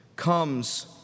comes